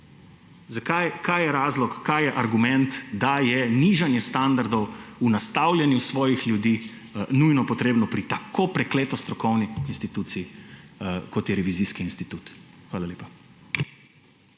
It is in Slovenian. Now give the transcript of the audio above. kaj je razlog, kaj je argument, da je nižanje standardov v nastavljanju svojih ljudi nujno potrebno pri tako prekleto strokovni instituciji, kot je revizijski inštitut. Hvala lepa.